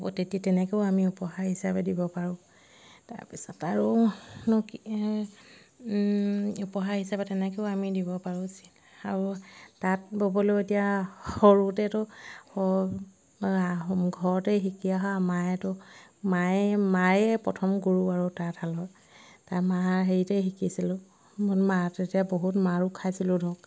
তেতিয়া তেনেকৈও আমি উপহাৰ হিচাপে দিব পাৰোঁ তাৰপিছত আৰুনো কি উপহাৰ হিচাপে তেনেকৈও আমি দিব পাৰোঁ আৰু তাঁত ব'বলৈও এতিয়া সৰুতেতো ঘৰতে শিকি অহা মায়েতো মায়ে মায়ে প্ৰথম গুৰু আৰু তাঁতশালৰ তাৰ মা হেৰিতে শিকিছিলোঁ মা তেতিয়া বহুত মাৰো খাইছিলোঁ ধৰক